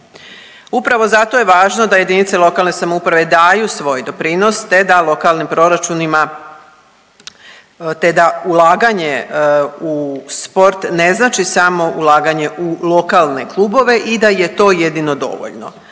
Upravo zato je važno da JLS daju svoj doprinos, te da lokalnim proračunima, te da ulaganje u sport ne znači samo ulaganje u lokalne klubove i da je to jedino dovoljno.